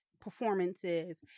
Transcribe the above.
performances